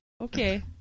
Okay